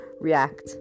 react